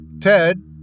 Ted